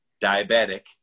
diabetic